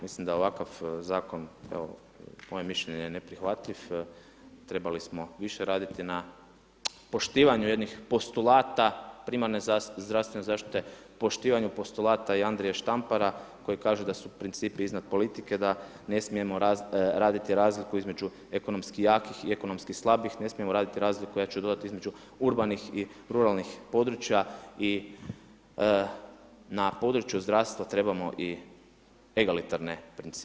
Mislim da ovakav zakon, evo moje mišljenje je da je neprihvatljiv trebali smo više raditi na poštivanju jednih postulata primarne zdravstvene zaštite, poštivanju postulata i Andrije Štampara koji kaže da su principi iznad politike da ne smijemo raditi razliku između ekonomski jakih i ekonomski slabih, ne smijemo raditi razliku ja ću dodati između urbanih i ruralnih područja i na području zdravstva trebamo i legaritarne principe.